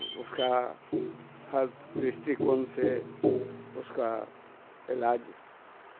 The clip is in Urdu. اس کا ہر درشٹی کون سے اس کا علاج